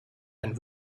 and